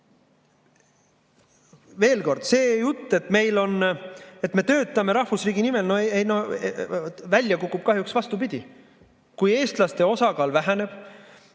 Veel kord: see jutt, et me töötame rahvusriigi nimel – välja kukub kahjuks vastupidi. Kui eestlaste osakaal väheneb,